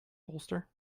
bolster